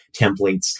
templates